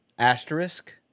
Asterisk